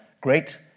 great